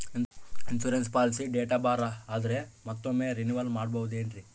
Insurance policy date ಬಾರ್ ಆದರೆ ಮತ್ತೊಮ್ಮೆ ರಿನಿವಲ್ ಮಾಡಬಹುದ್ರಿ?